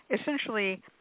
essentially